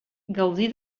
gaudi